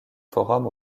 forums